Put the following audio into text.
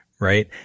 Right